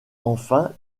enfin